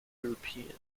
europeans